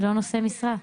זה לא נושא משרה.